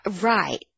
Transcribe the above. Right